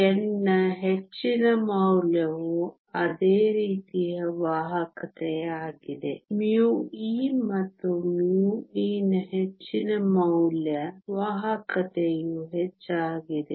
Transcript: n ನ ಹೆಚ್ಚಿನ ಮೌಲ್ಯವು ಅದೇ ರೀತಿಯ ವಾಹಕತೆಯಾಗಿದೆ μe ಮತ್ತು μe ನ ಹೆಚ್ಚಿನ ಮೌಲ್ಯ ವಾಹಕತೆಯು ಹೆಚ್ಚಾಗಿದೆ